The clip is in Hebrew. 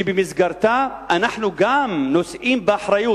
שבמסגרתה אנחנו גם נושאים באחריות,